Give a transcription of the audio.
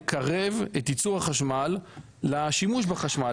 לקרב את ייצור החשמל לשימוש בחשמל,